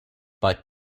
but